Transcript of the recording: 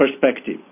Perspective